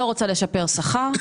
לא רוצה לשפר שכר,